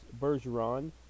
Bergeron